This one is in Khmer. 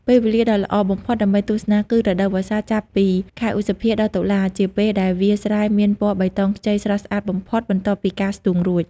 ពេលវេលាដ៏ល្អបំផុតដើម្បីទស្សនាគឺ រដូវវស្សាចាប់ពីខែឧសភា ដល់តុលា ជាពេលដែលវាលស្រែមានពណ៌បៃតងខ្ចីស្រស់ស្អាតបំផុត បន្ទាប់ពីការស្ទូងរួច ។